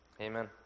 Amen